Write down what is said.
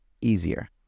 easier